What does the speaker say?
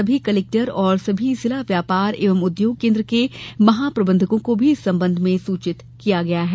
सभी कलेक्टर और सभी जिला व्यापार एवं उद्योग केन्द्र के महाप्रबंधकों को भी इस संबंध में सूचित कर दिया गया है